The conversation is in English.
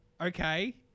okay